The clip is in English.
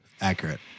Accurate